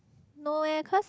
no eh cause